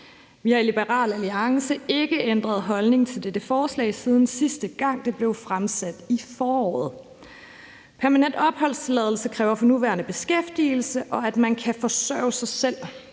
Vi har i Liberal Alliance ikke ændret holdning til dette forslag, siden sidste gang det blev fremsat i foråret. Permanent opholdstilladelse kræver for nuværende beskæftigelse, og at man kan forsørge sig selv.